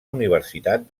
universitat